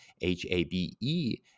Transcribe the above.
H-A-B-E